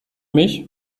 mich